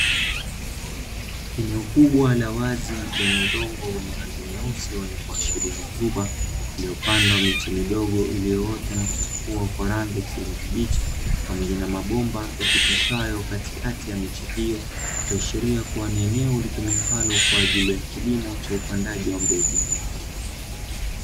Eneo kubwa la wazi, lenye udongo wenye rangi nyeusi wenye kuashiria rutuba, uliopandwa miche midogo iliyoota na kuchipua kwa rangi ya kijani kibichi, pamoja na mabomba yapitishwayo katikati ya miche hiyo, ikiashiria kuwa ni eneo litumikalo kwa kilimo cha upandaji wa mbegu.